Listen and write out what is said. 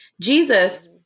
Jesus